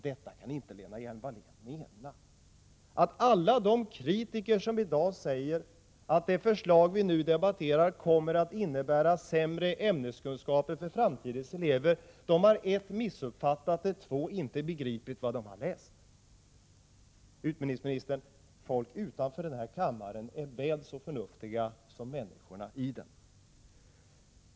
Detta kan inte Lena Hjelm-Wallén mena — att alla kritiker, som säger att det förslag vi nu debatterar kommer att innebära sämre ämneskunskaper för framtidens elever, har antingen missuppfattat eller inte begripit vad de läst! Folk utanför denna kammare är väl så förnuftiga som människorna i den, utbildningsministern.